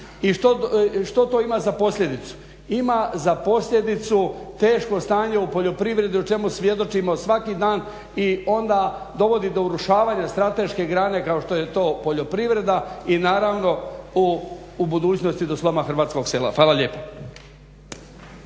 I što to ima za posljedicu? Ima za posljedicu teško stanje u poljoprivredi o čemu svjedočimo svaki dan i onda dovodi do urušavanja strateške grane kao što je to poljoprivreda i naravno u budućnosti do sloma hrvatskog sela. Hvala lijepa.